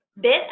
bit